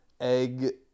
egg